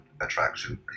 attraction